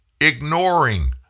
ignoring